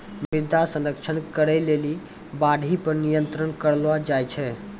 मृदा संरक्षण करै लेली बाढ़ि पर नियंत्रण करलो जाय छै